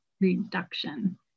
reduction